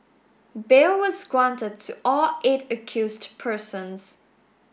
bail was granted to all eight accused persons